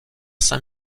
saint